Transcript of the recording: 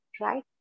Right